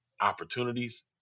opportunities